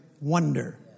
wonder